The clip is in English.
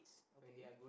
okay